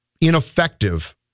ineffective